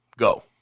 Go